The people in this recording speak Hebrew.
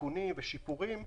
עדכונים ושיפורים.